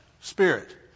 spirit